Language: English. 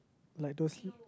like those l~